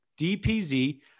DPZ